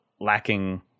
lacking